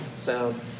sound